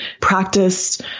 practiced